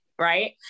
Right